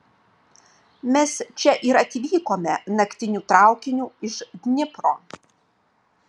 mes čia ir atvykome naktiniu traukiniu iš dnipro